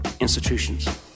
institutions